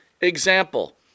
Example